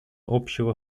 общего